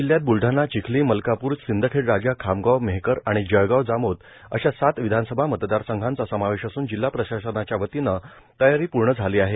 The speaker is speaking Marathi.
जिल्ह्यात ब्लडाणाए चिखली मलकापूर सिंदखेड राजा खामगांवए मेहकर व जळगांव जामोद अशा सात विधानसभा मतदारसंघांचा समावेश असून जिल्हा प्रशासनाच्या वतीने तयारी पूर्ण झाली आहे